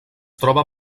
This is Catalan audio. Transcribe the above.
troba